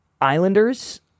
Islanders